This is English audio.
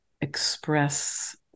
express